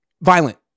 violent